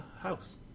house